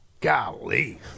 Golly